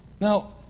Now